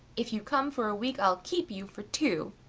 if you come for a week i'll keep you for two,